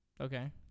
Okay